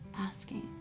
asking